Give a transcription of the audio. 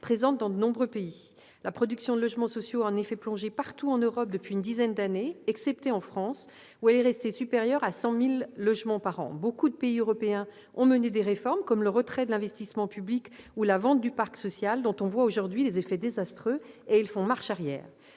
présente dans de nombreux pays. La production de logements sociaux a en effet plongé partout en Europe depuis une dizaine d'années, excepté en France, où elle est restée supérieure à 100 000 logements par an. Beaucoup de pays européens ont mené des réformes, comme le retrait de l'investissement public ou la vente du parc social, dont on voit aujourd'hui les effets désastreux, et ils font maintenant